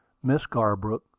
miss garbrook,